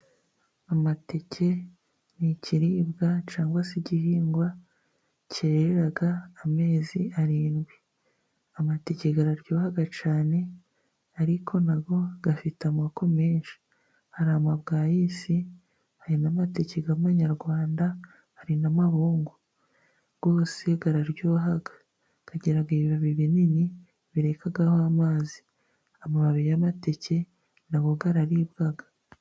Amateke ni ikiribwa cyangwa se igihingwa cyerera amezi arindwi, amateke araryoha cyane ariko na yo afite amoko menshi hari amabwayisi, hari n'amatake y'amanyarwanda, hari n'amabungu. Yose araryoha agira ibibabi binini birekaho amazi, amababi y'amateke na yo araribwa.